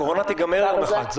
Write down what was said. הקורונה תיגמר יום אחד,